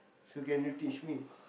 so can you teach me